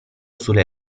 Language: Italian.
sulle